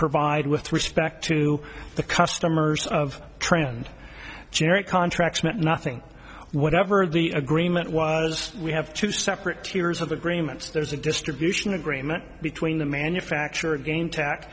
provide with respect to the customers of trend generic contracts meant nothing whatever the agreement was we have two separate tiers of agreements there's a distribution agreement between the manufacturer again ta